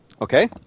Okay